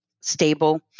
stable